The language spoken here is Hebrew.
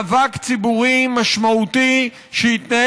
לוועדת חוץ וביטחון להכנתה לקריאה שנייה